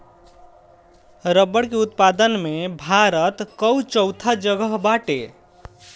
रबड़ के उत्पादन में भारत कअ चउथा जगह बाटे